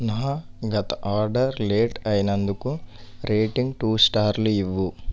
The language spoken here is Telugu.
నా గత ఆర్డర్ లేట్ అయినందుకు రేటింగ్ టు స్టార్లు ఇవ్వుము